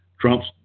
Trump's